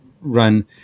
run